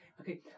okay